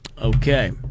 Okay